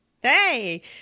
Hey